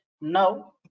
now